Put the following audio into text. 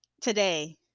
today